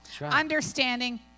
Understanding